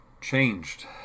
changed